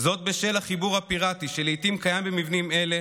וזאת בשל החיבור הפירטי שלעיתים קיים במבנים אלה,